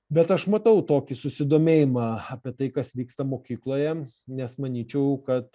bet aš matau tokį susidomėjimą apie tai kas vyksta mokykloje nes manyčiau kad